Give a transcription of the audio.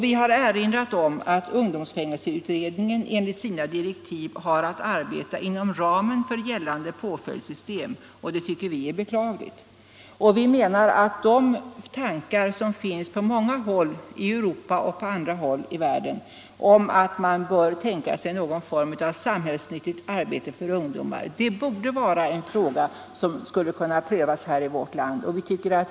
Vi har erinrat om att ungdomsfängelseutredningen enligt sina direktiv har att arbeta inom ramen för gällande påföljdssystem, och det tycker vi är beklagligt. Vi menar att de tankar som finns på många håll, både i Europa och annorstädes i världen, att man bör tänka sig någon form av samhällsnyttigt arbete för ungdomar, borde kunna prövas här i landet.